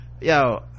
Yo